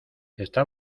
esta